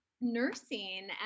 nursing